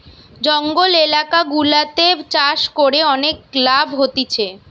জঙ্গল এলাকা গুলাতে চাষ করে অনেক লাভ হতিছে